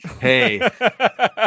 hey